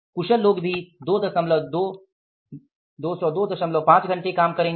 कुशल लोग भी 2025 घंटे काम करेंगे